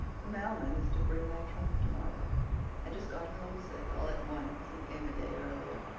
the mailman is to bring my trunk tomorrow i just got homesick all at once, and came a day earlier.